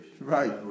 Right